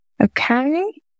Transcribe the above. Okay